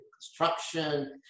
construction